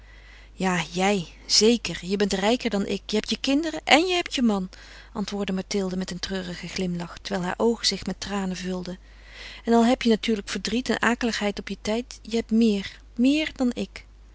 ja jij zeker je bent rijker dan ik je hebt je kinderen en je hebt je man antwoordde mathilde met een treurigen glimlach terwijl haar oogen zich met tranen vulden en al heb je natuurlijk verdriet en akeligheid op je tijd je hebt meer meer dan ik